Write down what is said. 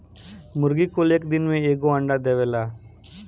मुर्गी कुल एक दिन में एगो अंडा देवेला